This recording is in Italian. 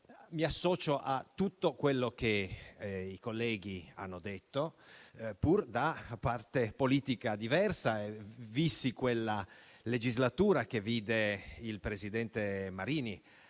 mi associo a tutto quello che i colleghi hanno detto, pur da parte politica diversa. Io vissi quella legislatura che vide il presidente Marini